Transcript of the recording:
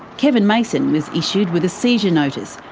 kevin mason was issued with a seizure notice,